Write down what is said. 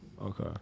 okay